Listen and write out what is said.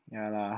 ya lah